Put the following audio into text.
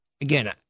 again